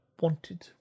Wanted